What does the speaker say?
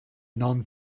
non